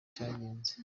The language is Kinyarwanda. cyagenze